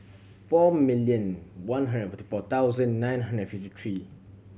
four million one hundred forty four thousand nine hundred and fifty three